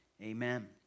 Amen